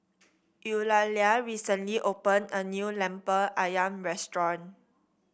Eulalia recently opened a new lemper ayam restaurant